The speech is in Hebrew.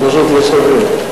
זה פשוט לא סביר.